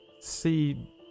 see